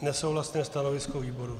Nesouhlasné stanovisko výboru.